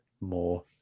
more